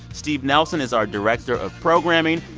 steve nelson is our director of programming.